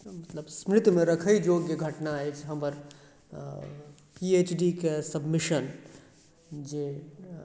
मतलब स्मृति मे रखै योग्य घटना अछि हमर पी एच डी के सबमिशन जे